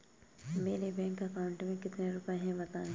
मेरे bank account में कितने रुपए हैं बताएँ?